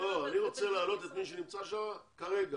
אני רוצה להעלות את מי שנמצא שם כרגע.